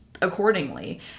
accordingly